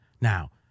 Now